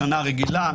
בשנה רגילה,